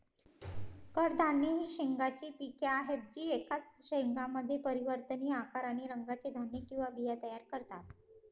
कडधान्ये ही शेंगांची पिके आहेत जी एकाच शेंगामध्ये परिवर्तनीय आकार आणि रंगाचे धान्य किंवा बिया तयार करतात